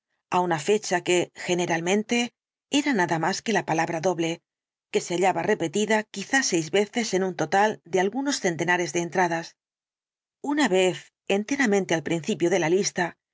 á una fecha que generalmente era nada más que la palabra doble que se hallaba repetida quizá seis veces en un total de algunos centenares de entradas una vez enteramente al principio de la lista